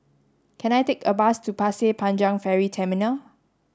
can I take a bus to Pasir Panjang Ferry Terminal